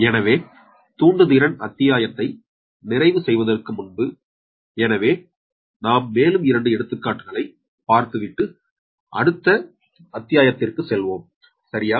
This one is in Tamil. எனவே தூண்டுதிரன் அத்தியாயத்தை நிறைவு செய்வதற்கு முன்பு எனவே நாம் மேலும் இரண்டு எடுத்துக்காட்டுகளை பார்த்து விட்டு அடுத்த அத்தியாயத்ற்கு செல்வோம் சரியா